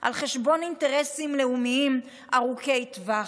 על חשבון אינטרסים לאומיים ארוכי טווח,